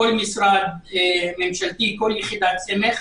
כל משרד ממשלתי וכל יחידת סמך.